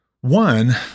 One